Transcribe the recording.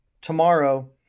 tomorrow